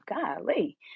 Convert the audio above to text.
golly